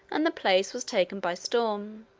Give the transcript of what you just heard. and the place was taken by storm.